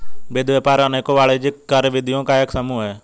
वित्त व्यापार अनेकों वाणिज्यिक कार्यविधियों का एक समूह है